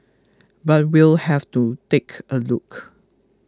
but we'll have to take a look